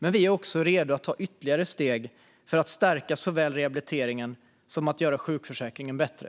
Men vi är också redo att ta ytterligare steg för att stärka rehabiliteringen och göra sjukförsäkringen bättre.